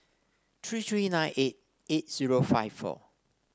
three three nine eight eight zero five four